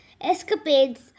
escapades